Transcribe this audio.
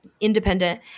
independent